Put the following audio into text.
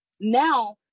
now